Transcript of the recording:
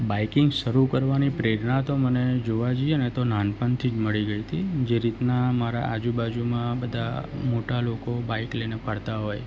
biking શરૂ કરવાની પ્રેરણા તો મને જોવા જઈએ ને તો નાનપણથી જ મળી ગઈ તી જે રીતના મારા આજુબાજુમાં બધા મોટા લોકો બાઈક લઈને ફરતા હોય